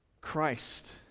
Christ